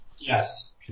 Yes